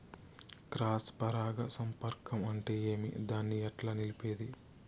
Cross పరాగ సంపర్కం అంటే ఏమి? దాన్ని ఎట్లా నిలిపేది?